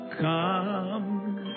come